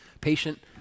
Patient